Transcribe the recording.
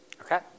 Okay